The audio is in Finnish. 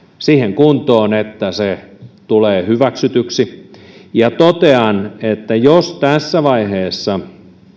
siihen kuntoon että se tulee hyväksytyksi totean että jos tässä vaiheessa